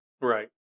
Right